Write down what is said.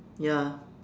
ya